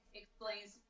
explains